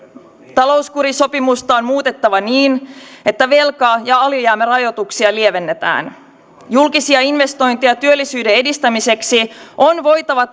talouskurisopimusta on muutettava niin että velka ja alijäämärajoituksia lievennetään julkisia investointeja työllisyyden edistämiseksi on voitava